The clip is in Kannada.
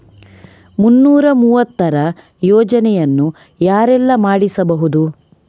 ಮುನ್ನೂರ ಮೂವತ್ತರ ಯೋಜನೆಯನ್ನು ಯಾರೆಲ್ಲ ಮಾಡಿಸಬಹುದು?